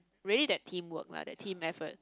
really that team work lah that team effort